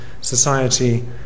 society